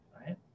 Right